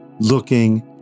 looking